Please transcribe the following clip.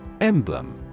Emblem